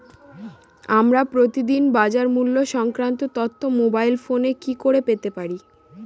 আমরা প্রতিদিন বাজার মূল্য সংক্রান্ত তথ্য মোবাইল ফোনে কি করে পেতে পারি?